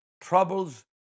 Troubles